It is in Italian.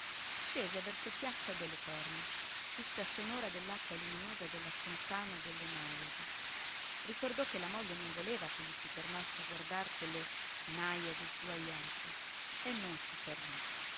scese verso piazza delle terme tutta sonora dell'acqua luminosa della fontana delle najadi ricordò che la moglie non voleva ch'egli si fermasse a guardar quelle najadi sguajate e non si fermò